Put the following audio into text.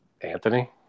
Anthony